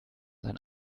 sein